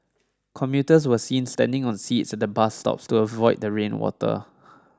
commuters were seen standing on seats at the bus stop to avoid the rain water